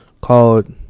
called